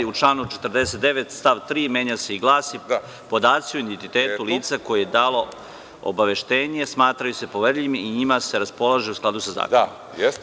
U članu 49. stav 3. menja se i glasi – Podaci o identitetu lica koje je dalo obaveštenje smatraju se poverljivim i njima se raspolaže u skladu sa zakonom.